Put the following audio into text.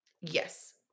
Yes